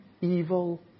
evil